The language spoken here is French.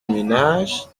ménage